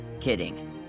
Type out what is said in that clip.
kidding